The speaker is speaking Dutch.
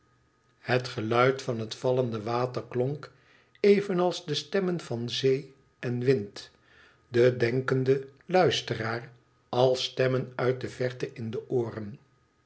het geluid van het vallende water klonk evenals de stemmen van zee en wind den denkenden luisteraar als stemmen uit de verte in de ooren